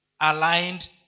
Aligned